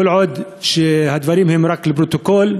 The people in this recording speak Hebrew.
כל עוד הדברים הם רק לפרוטוקול,